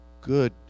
good